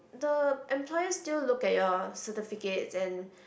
the employers still look at your certificates and